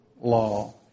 law